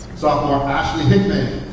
sophomore ashley hickman,